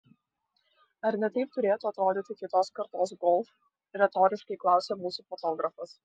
ar ne taip turėtų atrodyti kitos kartos golf retoriškai klausė mūsų fotografas